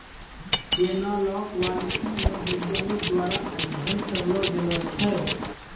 एनालाँक वानिकी मे वैज्ञानिक द्वारा अध्ययन करलो गेलो छै